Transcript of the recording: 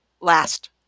last